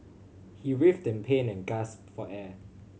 he writhed in pain and gasped for air